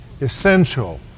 essential